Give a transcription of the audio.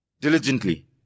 Diligently